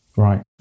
Right